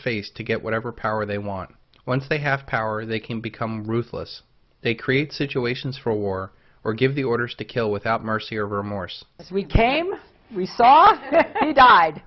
face to get whatever power they want once they have power they can become ruthless they create situations for war or give the orders to kill without mercy or remorse if we came we saw you died